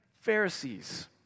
Pharisees